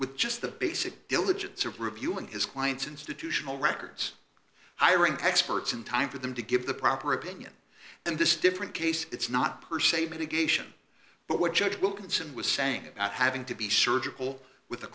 with just the basic diligence of reviewing his client's institutional records hiring experts in time for them to give the proper opinion and this different case it's not per se mitigation but what judge wilkinson was saying about having to be surgical with a